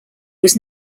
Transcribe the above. was